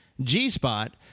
G-Spot